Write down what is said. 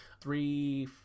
three